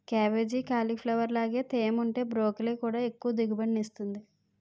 cabbage, cauliflower లాగే తేముంటే broccoli కూడా ఎక్కువ దిగుబడినిస్తుంది